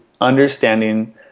understanding